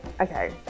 Okay